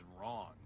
wrong